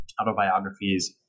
autobiographies